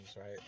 right